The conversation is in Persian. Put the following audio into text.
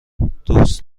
دوست